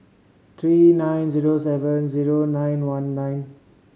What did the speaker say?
three nine zero seven zero nine one nine